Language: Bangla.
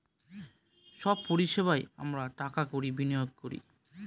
সব পরিষেবায় আমরা টাকা কড়ি বিনিয়োগ করি